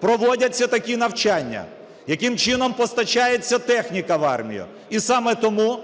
проводяться такі навчання, яким чином постачається техніка в армію. І саме тому